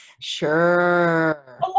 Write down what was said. sure